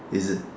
is it